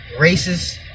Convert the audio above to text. racist